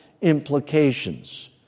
implications